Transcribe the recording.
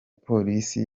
polisi